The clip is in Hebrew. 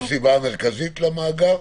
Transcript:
זו הסיבה המרכזית למאגר?